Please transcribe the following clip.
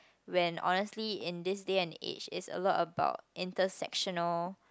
when honestly in this day and age it's a lot about intersectional